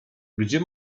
gdzie